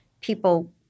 people